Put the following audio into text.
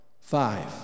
five